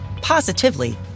positively